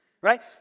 Right